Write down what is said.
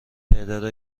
تعداد